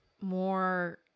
more